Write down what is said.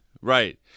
Right